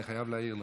אני חייב להעיר לך.